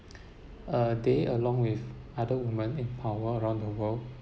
uh they along with other women in power around the world